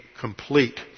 complete